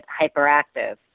hyperactive